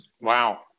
Wow